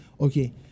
Okay